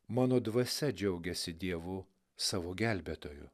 mano dvasia džiaugiasi dievu savo gelbėtoju